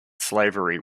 slavery